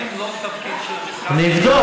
האם זה לא התפקיד של המשרד, אני אבדוק.